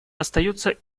остается